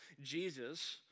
Jesus